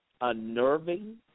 unnerving